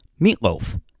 Meatloaf